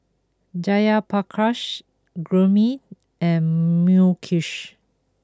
Jayaprakash Gurmeet and Mukesh